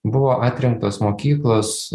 buvo atrinktos mokyklos